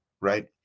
Right